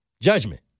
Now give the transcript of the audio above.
Judgment